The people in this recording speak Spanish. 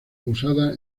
usada